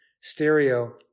stereo